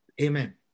Amen